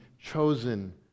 chosen